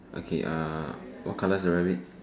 okay ah what colour is the rabbit